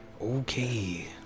Okay